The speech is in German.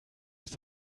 ist